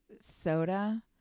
Soda